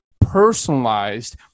personalized